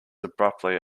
abruptly